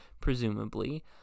presumably